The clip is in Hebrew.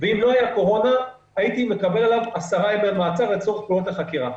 ולולא הקורונה הייתי מקבל עליו 10 ימי מעצר לצורך פעולות החקירה.